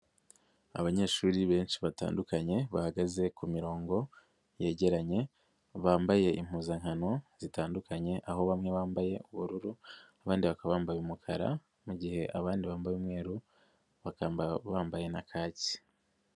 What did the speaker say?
Abanyeshuri benshi batandukanye bahagaze ku mirongo yegeranye, bambaye impuzankano zitandukanye, aho bamwe bambaye ubururu, abandi bakaba bambaye umukara, mu gihe abandi bambaye umweru, bakaba bambaye na kaki.